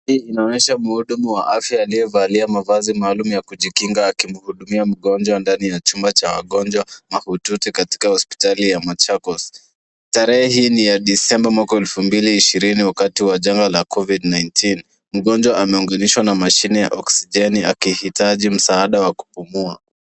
Hii inaonyeaha mhudumu wa afya aliyevalia mavazi maalum ya kujikinga akimhudumia mgonjwa ndani ya chumba cha wagonjwa mahututi katika hospitali ya Machakos. Tarehe hii ni ya disemba mwaka elfu mbili na ishirini wakati wa janga la covid nineteen .Mgonjwa ameunganishwa na mashine ya oksijeni akihitaji msaada wa kupumua.